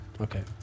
Okay